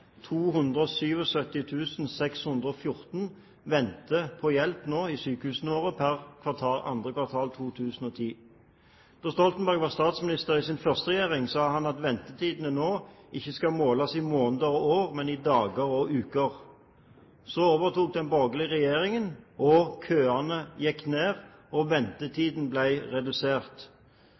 614 venter på hjelp i sykehusene våre per andre kvartal 2010. Da Stoltenberg var statsminister i sin første regjering, sa han at ventetidene ikke skulle måles i måneder og år, men i dager og uker. Så overtok den borgerlige regjeringen – køene gikk ned, og ventetiden ble redusert.